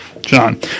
John